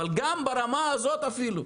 אבל ברמה הזאת אפילו.